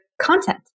content